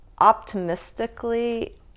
optimistically